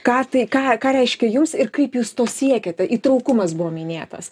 ką tai ką ką reiškia jums ir kaip jūs to siekiate įtrūkumas buvo minėtas